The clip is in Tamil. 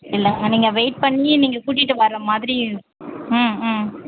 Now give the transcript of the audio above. இல்லைங்க நீங்கள் வெயிட் பண்ணி நீங்கள் கூட்டிகிட்டு வர மாதிரி ம் ம்